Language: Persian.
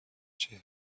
چهره